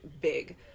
big